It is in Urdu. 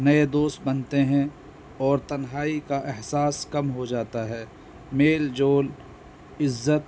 نئے دوست بنتے ہیں اور تنہائی کا احساس کم ہو جاتا ہے میل جول عزت